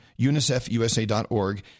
unicefusa.org